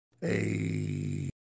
Hey